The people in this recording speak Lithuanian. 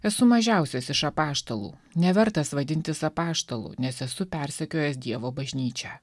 esu mažiausias iš apaštalų nevertas vadintis apaštalu nes esu persekiojęs dievo bažnyčią